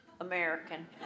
American